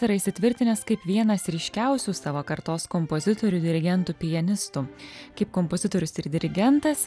yra įsitvirtinęs kaip vienas ryškiausių savo kartos kompozitorių dirigentų pianistų kaip kompozitorius ir dirigentas